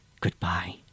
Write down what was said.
Goodbye